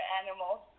animals